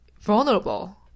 vulnerable